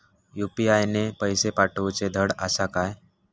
UPI ने पैशे पाठवूचे धड आसा काय?